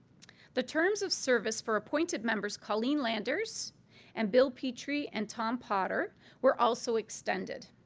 the terms of service for appointed members colleen landers and bill petrie and tom potter were also extended.